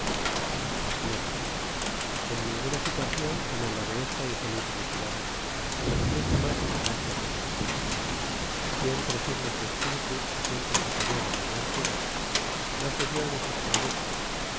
en ninguna situación como en la de esta infeliz retirada se manifiesta mas el caracter de cortés siempre firme su espiritu y siempre superior a la adversidad no cedió de sus proyectos